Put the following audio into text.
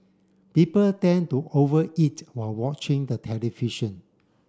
people tend to over eat while watching the television